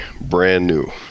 Brand-new